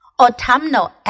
autumnal